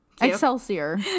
excelsior